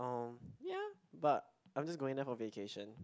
um ya but I'm just going there for vacation